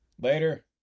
Later